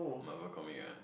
Marvel comic ah